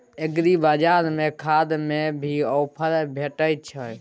एग्रीबाजार में खाद में भी ऑफर भेटय छैय?